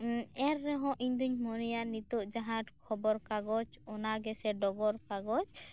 ᱮᱱᱨᱮᱦᱚᱸ ᱤᱧᱫᱩᱧ ᱢᱚᱱᱮᱭᱟ ᱱᱤᱛᱳᱜ ᱡᱟᱦᱟᱸ ᱠᱷᱚᱵᱚᱨ ᱠᱟᱜᱚᱡ ᱚᱱᱟᱜᱮᱥᱮ ᱰᱚᱜᱚᱨ ᱠᱟᱜᱚᱡ